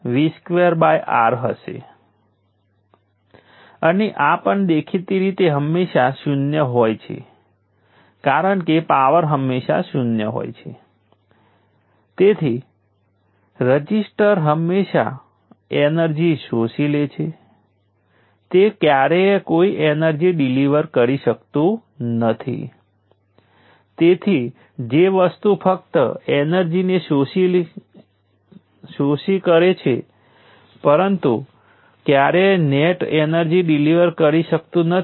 તેથી જેમ મેં કહ્યું તેમ આપણે હંમેશા આ ઔપચારિક રીતે કરીશું નહીં કારણ કે તમે બધા ઓળખી શકશો કે VR V1 અને IR I1 હશે અને તમે એ પણ જોઈ શકો છો કે રઝિસ્ટર ઉપરના વોલ્ટેજ 5 વોલ્ટ તરીકે અને ઓહ્મ લૉ દ્વારા કરંટ IR એ 5 વોલ્ટ ભાગ્યા 1 કિલો એટલે 5 મિલી એમ્પીયર હશે